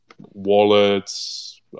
wallets